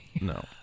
No